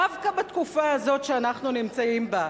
דווקא בתקופה הזאת שאנחנו נמצאים בה,